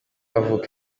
avuka